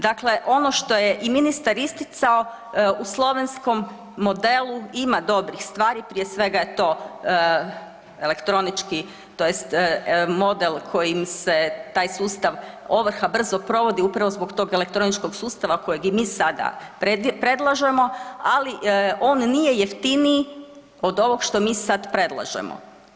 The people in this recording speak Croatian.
Dakle, ono što je i ministar isticao u slovenskom modelu ima dobrih stvari, prije svega je to elektronički tj. model kojim se taj sustav ovrha brzo provodi upravo zbog tog elektroničkog sustava kojeg i mi sada predlažemo, ali on nije jeftiniji od ovog što mi sad predlažemo.